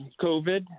COVID